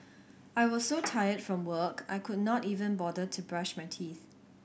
I was so tired from work I could not even bother to brush my teeth